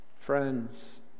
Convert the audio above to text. Friends